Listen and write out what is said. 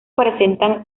presentan